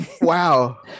Wow